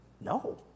No